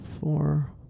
four